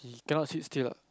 he cannot sit still ah